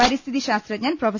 പരിസ്ഥിതി ശാസ്ത്രജ്ഞൻ പ്രൊഫ